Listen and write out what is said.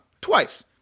twice